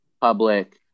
public